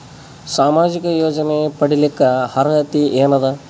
ಸಾಮಾಜಿಕ ಯೋಜನೆ ಪಡಿಲಿಕ್ಕ ಅರ್ಹತಿ ಎನದ?